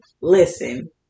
Listen